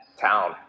town